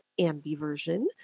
ambiversion